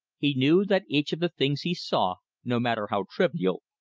he knew that each of the things he saw, no matter how trivial,